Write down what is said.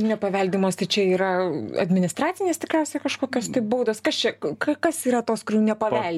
nepaveldimos tai čia yra administracinės tikriausiai kažkokios tai baudos kas čia ka kas yra tos kurių nepavel